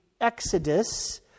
Exodus